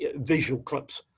yeah visual clips.